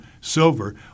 silver